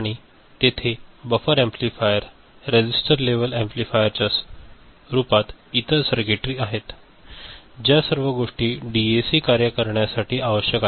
आणि तेथे buffer amplifier register level अँप्लिम्प्लीफायरच्या रूपात इतर सर्किटरी आहेत ज्या सर्व गोष्टी डीएसी कार्य करण्यासाठी आवश्यक आहेत